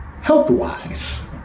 health-wise